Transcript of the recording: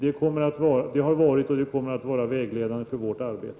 Det har varit och det kommer att vara vägledande för vårt arbete.